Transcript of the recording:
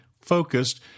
focused